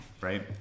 Right